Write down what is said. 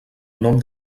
nom